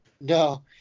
No